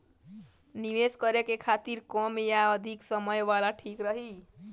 निवेश करें के खातिर कम या अधिक समय वाला ठीक रही?